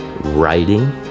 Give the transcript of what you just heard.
writing